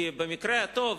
כי במקרה הטוב,